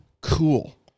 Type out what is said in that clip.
cool